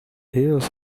heels